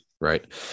Right